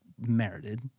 merited